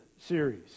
series